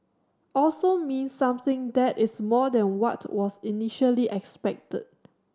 also means something that is more than what was initially expected